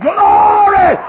Glory